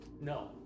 No